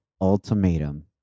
ultimatum